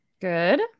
good